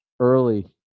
Early